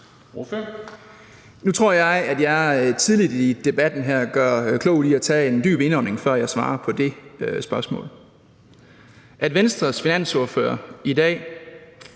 Nu tror jeg, at jeg tidligt i debatten her gør klogt i at tage en dyb indånding, før jeg svarer på det spørgsmål. At Venstres finansordfører i dag